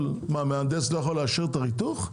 מהנדס לא יכול לאשר את הריתוך?